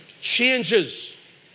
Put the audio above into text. changes